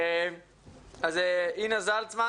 אינה זלצמן